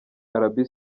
arabie